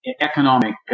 economic